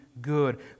good